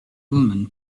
woman